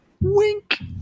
wink